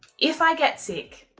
if i get sick,